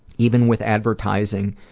even with advertising